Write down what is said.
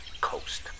Coast